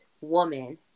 woman